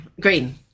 Green